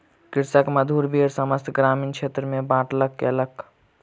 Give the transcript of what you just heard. कृषक मधुर बेर समस्त ग्रामीण क्षेत्र में बाँटलक कयलक